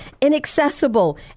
inaccessible